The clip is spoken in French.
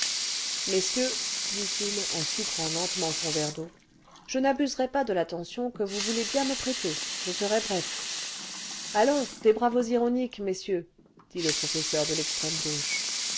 messieurs dit-il en sucrant lentement son verre d'eau je n'abuserai pas de l'attention que vous voulez bien me prêter je serai bref allons des bravos ironiques messieurs dit le professeur de l'extrême gauche